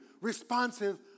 responsive